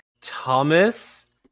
Thomas